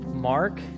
mark